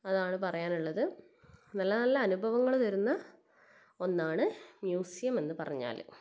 അതാണ് പറയാനുള്ളത് നല്ല നല്ല അനുഭവങ്ങൾ തരുന്ന ഒന്നാണ് മ്യൂസിയം എന്ന് പറഞ്ഞാൽ